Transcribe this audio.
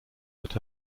but